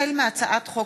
החל בהצעת חוק